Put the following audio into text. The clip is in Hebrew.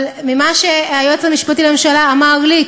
אבל מה שהיועץ המשפטי לממשלה אמר לי,